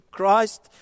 Christ